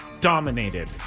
Dominated